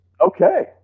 Okay